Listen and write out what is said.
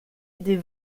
des